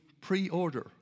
preorder